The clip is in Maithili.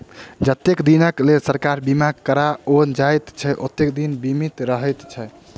जतेक दिनक लेल बीमा कराओल जाइत छै, ओतबे दिन बीमित रहैत छै